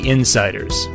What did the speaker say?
Insiders